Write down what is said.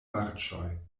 marĉoj